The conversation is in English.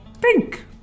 pink